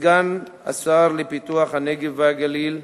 כסגן השר לפיתוח הנגב והגליל,